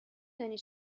دانی